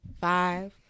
five